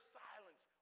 silence